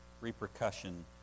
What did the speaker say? repercussion